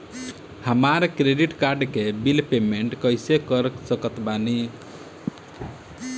हमार credit card के bill payment कइसे कर सकत बानी?